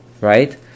right